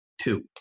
Two